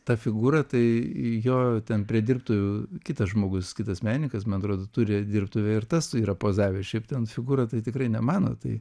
ta figūra tai jo ten prie dirbtuvių kitas žmogus kitas menininkas man atrodo turi dirbtuvę ir tas yra pozavęs šiaip ten figūra tai tikrai nemano tai